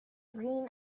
green